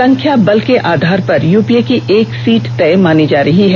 संख्या बल के आधार पर यूपीए की एक सीट तय मानी जा रही है